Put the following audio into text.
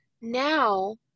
Now